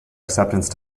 acceptance